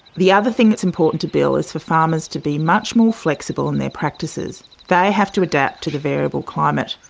the other thing that's important to bill is for farmers to be much more flexible in their practices. they have to adapt to the variable climate,